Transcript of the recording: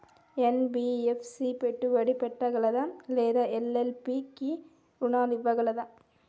NBFC పెట్టుబడి పెట్టగలదా లేదా ఎల్.ఎల్.పి కి రుణాలు ఇవ్వగలదా?